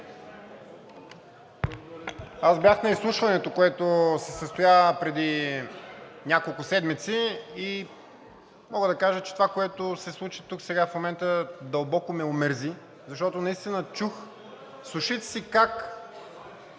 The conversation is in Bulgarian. Аз бях на изслушването, което се състоя преди няколко седмици, и мога да кажа, че това, което се случи тук в момента, дълбоко ме омерзи, защото наистина чух с ушите си как